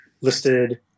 listed